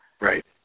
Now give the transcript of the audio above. Right